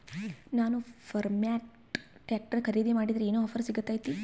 ನಾನು Farmtrac tractor ಖರೇದಿ ಮಾಡಿದ್ರೆ ಏನು ಆಫರ್ ಸಿಗ್ತೈತಿ?